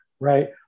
right